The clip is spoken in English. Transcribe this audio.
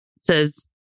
says